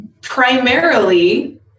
primarily